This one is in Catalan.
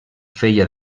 feia